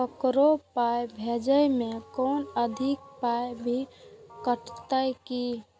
ककरो पाय भेजै मे कोनो अधिक पाय भी कटतै की?